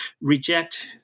reject